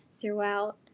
throughout